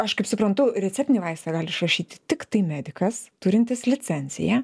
aš kaip suprantu receptinį vaistą gali išrašyti tiktai medikas turintis licenciją